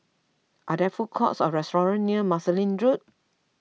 are there food courts or restaurants near Marsiling Road